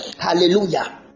Hallelujah